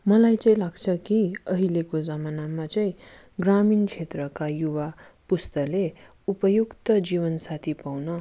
मलाई चाहिँ लाग्छ कि अहिलेको जमानामा चाहिँ ग्रामीण क्षेत्रका युवा पुस्ताले उपयुक्त जीवनसाथी पाउन